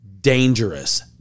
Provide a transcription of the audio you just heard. Dangerous